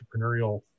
entrepreneurial